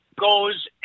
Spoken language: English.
goes